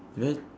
red